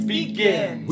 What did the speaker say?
begin